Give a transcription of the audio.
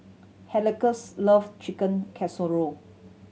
love Chicken Casserole